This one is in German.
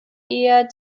eher